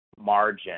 margin